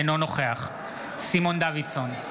אינו נוכח סימון דוידסון,